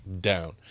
down